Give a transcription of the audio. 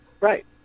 Right